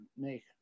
make